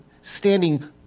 standing